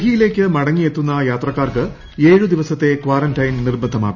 ഡൽഹിയിലേക്ക് മട്ങിയെത്തുന്ന യാത്രക്കാർക്ക് ഏഴ് ദിവസത്തെ ക്വാറന്റൈൻ നിർബന്ധമാക്കും